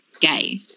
Gay